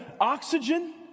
oxygen